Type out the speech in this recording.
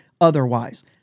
otherwise